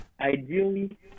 Ideally